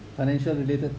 financial related